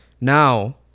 Now